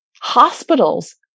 hospitals